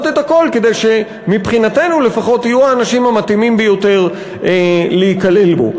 את הכול כדי שמבחינתנו לפחות יהיו האנשים המתאימים ביותר להיכלל בו.